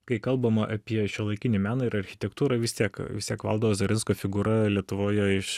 kai kalbama apie šiuolaikinį meną ir architektūrą vis tiek vis tiek valdo ozarinsko figūra lietuvoje iš